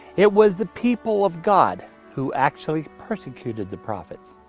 it was the people of god who actually persecuted the prophets.